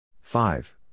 Five